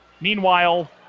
Meanwhile